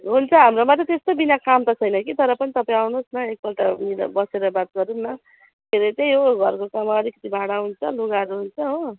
हुन्छ हाम्रोमा त त्यस्तो बिघ्न काम त छैन कि तर पनि तपाईँ आउनुहोस् न एकपल्ट बसेर बात गरौँ न के अरे त्यही हो घरको काम अलिकति भाडा हुन्छ लुगाहरू हुन्छ हो